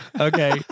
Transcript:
Okay